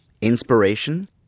Inspiration